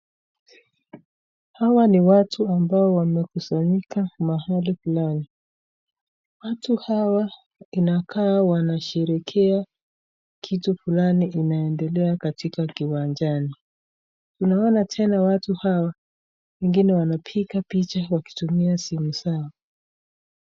Hawa ni watu ambao wamekuzanyika mahali fulani, watu hawa inakaa wanashirikia kitu fulani inaendelea katika kiwanjani naona ,tena watu hawa wangine wanakpika picha wakitumia simu yao.